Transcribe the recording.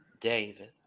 David